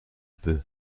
peu